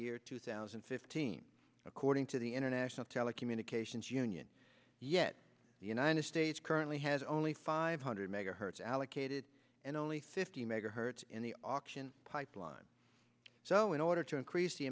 year two thousand and fifteen according to the international telecommunications union yet the united states currently has only five hundred megahertz allocated and only fifty megahertz in the auction pipeline so in order to increase the